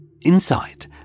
Inside